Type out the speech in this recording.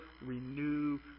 renew